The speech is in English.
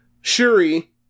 Shuri